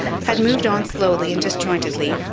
had moved on slowly and disjointedly,